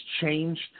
changed